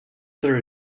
there